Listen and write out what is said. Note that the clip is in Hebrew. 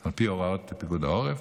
על פי הוראות פיקוד העורף